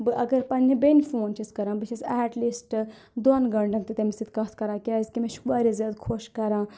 بہٕ اگر پَنٕنہِ بِیٚنہِ فون چھَس کَران بہٕ چھَس ایٚٹ لیٖسٹہٕ دۄن گٲنٛٹَن تہِ تَمِس سۭتۍ کَتھ کَران کیٛازِکہِ مےٚ چھُ واریاہ زیادٕ خۄش کَران